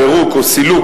פירוק או סילוק,